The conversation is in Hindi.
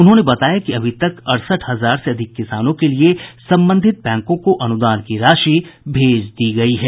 उन्होंने बताया कि अभी तक अड़सठ हजार से अधिक किसानों के लिए संबंधित बैंकों को अनुदान की राशि भेज दी गयी है